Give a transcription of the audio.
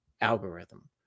algorithm